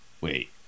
Wait